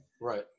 Right